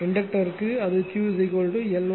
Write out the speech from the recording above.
இண்டக்டர்க்கு அது Q L ω R